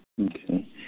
Okay